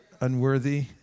unworthy